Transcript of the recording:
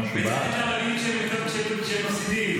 אמרתי שאני בעד אפליה מתקנת לערבים שמפסידים.